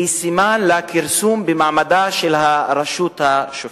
היא סימן לכרסום במעמדה של הרשות השופטת.